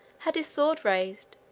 had his sword raised,